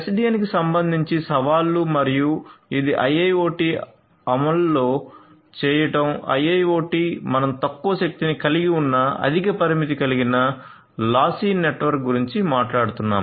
SDN కి సంబంధించి సవాళ్లు మరియు ఇది IIoT లో అమలు చేయడం IIoT మనం తక్కువ శక్తిని కలిగి ఉన్న అధిక పరిమితి కలిగిన లాస్సీ నెట్వర్క్ గురించి మాట్లాడుతున్నాము